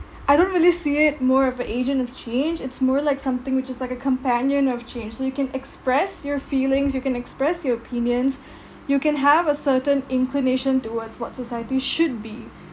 I don't really see it more of a agent of change it's more like something which is like a companion of change so you can express your feelings you can express your opinions you can have a certain inclination towards what society should be